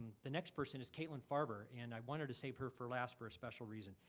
the next person is kaitlin farver, and i wanted to save her for last for a special reason.